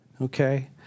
okay